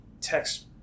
text